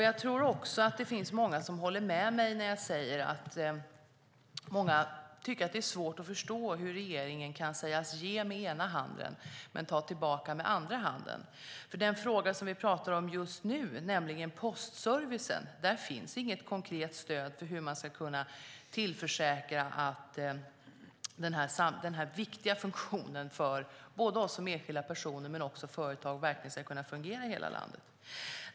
Jag tror också att det finns många som håller med mig när jag säger att regeringen ger med ena handen men tar tillbaka med den andra. När det gäller den fråga vi talar om just nu, nämligen postservicen, finns inget konkret stöd för hur man ska kunna tillförsäkra att denna viktiga funktion för oss som enskilda och för företagare ska kunna fungera i hela landet.